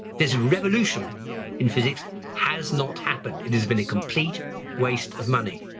this revolution in physics has not happened. it has been a complete waste of money.